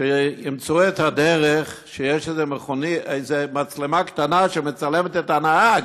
אמרו שימצאו את הדרך ושיש את איזו מצלמה קטנה שמצלמת את הנהג,